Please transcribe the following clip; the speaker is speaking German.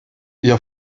ihr